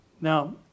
Now